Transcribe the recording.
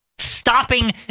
stopping